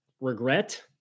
regret